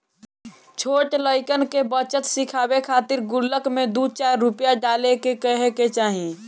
छोट लइकन के बचत सिखावे खातिर गुल्लक में दू चार रूपया डाले के कहे के चाही